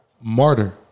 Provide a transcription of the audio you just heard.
Martyr